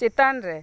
ᱪᱮᱛᱟᱱᱨᱮ